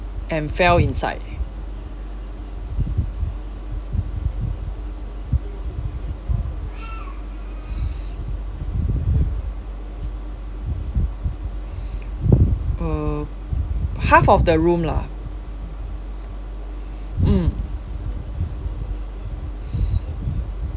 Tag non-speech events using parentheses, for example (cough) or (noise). and fell inside (breath) uh half of the room lah mm (breath)